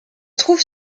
trouve